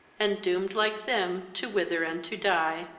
and doomed like them to wither and to die.